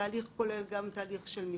התהליך כולל תהליך של מחשוב,